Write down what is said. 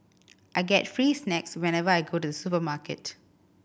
I get free snacks whenever I go to supermarket